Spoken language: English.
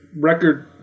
Record